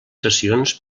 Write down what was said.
sessions